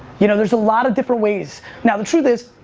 you know, there is a lot of different ways. now the truth is,